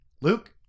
Luke